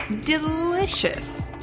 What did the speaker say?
delicious